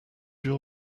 your